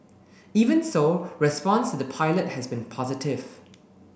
even so response to the pilot has been positive